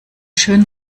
schön